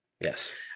Yes